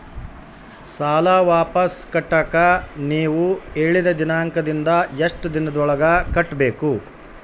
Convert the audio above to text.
ಸಾಲ ವಾಪಸ್ ಕಟ್ಟಕ ನೇವು ಹೇಳಿದ ದಿನಾಂಕದಿಂದ ಎಷ್ಟು ದಿನದೊಳಗ ಕಟ್ಟಬೇಕು?